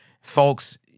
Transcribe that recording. Folks